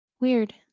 Weird